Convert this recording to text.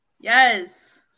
Yes